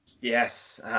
Yes